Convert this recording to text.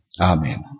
Amen